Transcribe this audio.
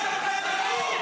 אלמוג.